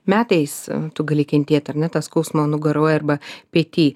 metais tu gali kentėt ar ne tą skausmą nugaroj arba pety